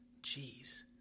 jeez